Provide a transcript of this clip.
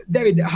David